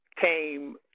came